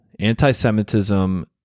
Anti-Semitism